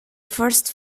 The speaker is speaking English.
first